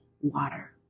water